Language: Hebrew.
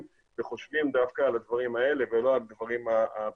וחושבים דווקא על הדברים האלה ולא על הדברים הפשוטים.